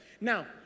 Now